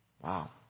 Wow